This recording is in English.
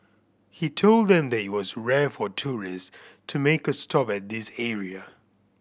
he told them that it was rare for tourists to make a stop at this area